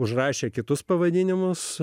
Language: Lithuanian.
užrašė kitus pavadinimus